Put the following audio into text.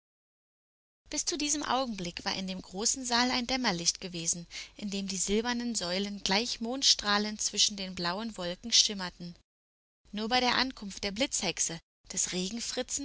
bis zu diesem augenblick war in dem großen saal ein dämmerlicht gewesen in dem die silbernen säulen gleich mondstrahlen zwischen den blauen wolken schimmerten nur bei der ankunft der blitzhexe des